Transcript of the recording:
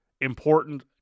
Important